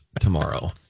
tomorrow